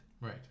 Right